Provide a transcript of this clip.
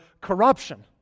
corruption